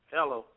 Hello